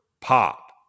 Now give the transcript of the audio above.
pop